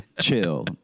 chill